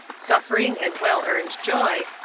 suffering and well-earned joy,